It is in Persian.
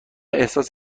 احساس